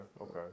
okay